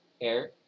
air